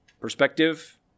Perspective